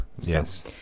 Yes